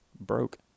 broke